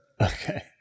Okay